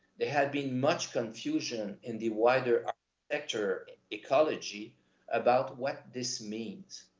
there had been much confusion in the wider vector ecology about what this means.